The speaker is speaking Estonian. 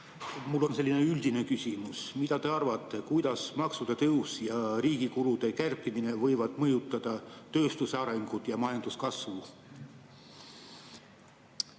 Mul on selline üldine küsimus: mida te arvate, kuidas maksude tõus ja riigi kulude kärpimine võivad mõjutada tööstuse arengut ja majanduskasvu?